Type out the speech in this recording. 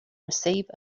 receive